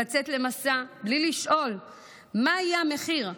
לצאת למסע בלי לשאול מה יהיה המחיר,